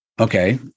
okay